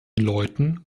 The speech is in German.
leuten